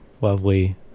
lovely